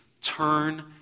Turn